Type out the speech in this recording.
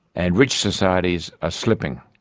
and rich societies are slipping.